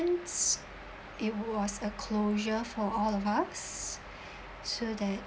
it was a closure for all of us so that